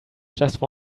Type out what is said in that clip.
just